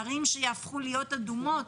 ערים שיהפכו להיות אדומות?